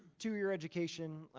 two-year education,